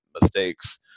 mistakes